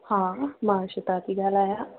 हा मां श्वेता थी ॻाल्हायां